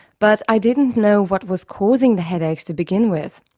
but i didn't know what was causing the headaches to begin with.